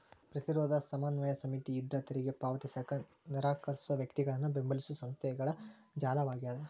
ಪ್ರತಿರೋಧ ಸಮನ್ವಯ ಸಮಿತಿ ಯುದ್ಧ ತೆರಿಗೆ ಪಾವತಿಸಕ ನಿರಾಕರ್ಸೋ ವ್ಯಕ್ತಿಗಳನ್ನ ಬೆಂಬಲಿಸೊ ಸಂಸ್ಥೆಗಳ ಜಾಲವಾಗ್ಯದ